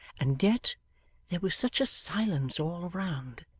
and yet there was such a silence all around,